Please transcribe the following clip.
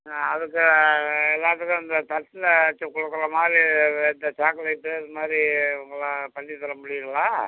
அதுக்கு எல்லாத்துக்கும் இந்தத் தட்டில் வச்சு கொடுக்கற மாதிரி இது இந்த சாக்லேட்டு இது மாதிரி உங்களால் பண்ணித் தர முடியுங்களா